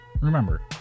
Remember